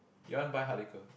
you want buy hard liquor